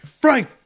Frank